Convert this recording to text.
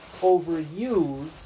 overuse